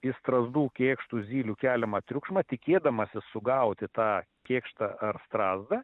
į strazdų kėkštų zylių keliamą triukšmą tikėdamasis sugauti tą kėkštą ar strazdą